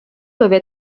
peuvent